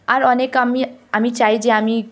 আর অনেক আমি আমি চাই যে আমি